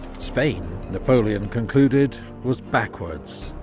spain, napoleon concluded, was backwards,